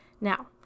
now